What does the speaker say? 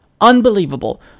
Unbelievable